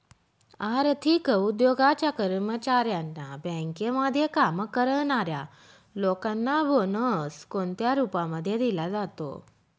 आर्थिक उद्योगाच्या कर्मचाऱ्यांना, बँकेमध्ये काम करणाऱ्या लोकांना बोनस कोणत्या रूपामध्ये दिला जातो?